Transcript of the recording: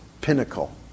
pinnacle